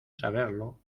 saberlo